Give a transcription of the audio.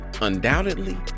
Undoubtedly